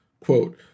Quote